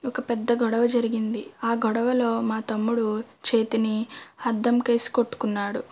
ఒక పెద్ద గొడవ జరిగింది ఆ గొడవలో మా తమ్ముడు చేతిని అద్దముకు వేసి కొట్టుకున్నాడు